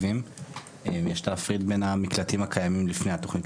יש להפריד בין המקלטים הקיימים לפני התכנית,